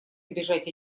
обижать